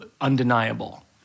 undeniable